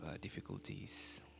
difficulties